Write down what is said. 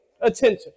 attention